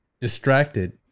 distracted